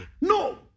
No